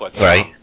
right